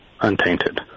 untainted